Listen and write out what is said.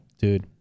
Dude